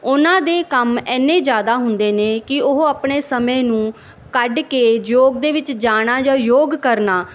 ਉਹਨਾਂ ਦੇ ਕੰਮ ਇੰਨੇ ਜ਼ਿਆਦਾ ਹੁੰਦੇ ਨੇ ਕਿ ਉਹ ਆਪਣੇ ਸਮੇਂ ਨੂੰ ਕੱਢ ਕੇ ਯੋਗ ਦੇ ਵਿੱਚ ਜਾਣਾ ਜਾਂ ਯੋਗ ਕਰਨਾ